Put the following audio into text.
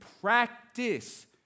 practice